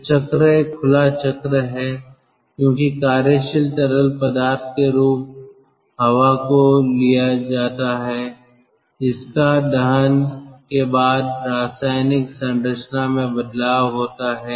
तो चक्र एक खुला चक्र है क्योंकि कार्यशील तरल पदार्थ के रूप हवा को लिया जाता है इसकी दहन के बाद रासायनिक संरचना में बदलाव होता है